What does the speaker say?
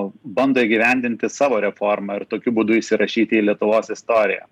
bando įgyvendinti savo reformą ir tokiu būdu įsirašyti į lietuvos istoriją